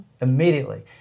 Immediately